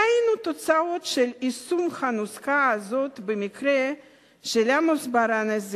ראינו תוצאות של יישום הנוסחה הזאת במקרה של עמוס ברנס,